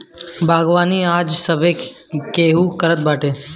बागवानी आज सभे केहू करत बाटे